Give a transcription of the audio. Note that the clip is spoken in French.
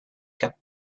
cap